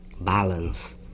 balance